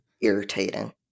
irritating